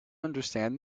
understand